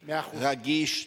רגיש,